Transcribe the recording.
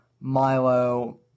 Milo